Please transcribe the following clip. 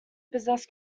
possess